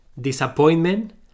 disappointment